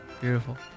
Beautiful